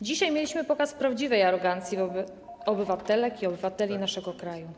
Dzisiaj mieliśmy pokaz prawdziwej arogancji wobec obywatelek i obywateli naszego kraju.